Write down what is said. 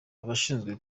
abashinzwe